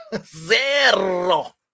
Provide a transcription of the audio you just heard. Zero